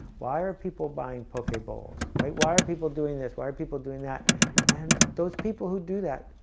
why are people buying pokeballs right why are people doing this? why are people doing that and those people? who do that?